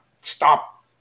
stop